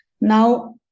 Now